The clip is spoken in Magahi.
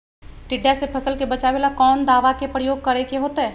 टिड्डा से फसल के बचावेला कौन दावा के प्रयोग करके होतै?